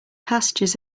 pastures